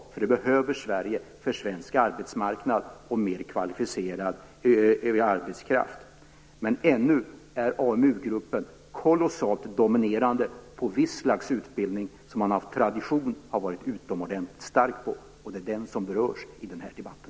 Sverige behöver detta för svensk arbetsmarknad och mer kvalificerad arbetskraft. Men ännu är AMU gruppen kolossalt dominerande på viss slags utbildning där den av tradition har varit utomordentligt stark, och det är den som berörs i den här debatten.